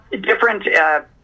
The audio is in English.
different –